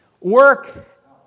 Work